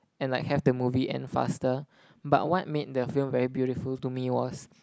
and like have the movie end faster but what made the film very beautiful to me was